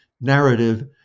narrative